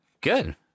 Good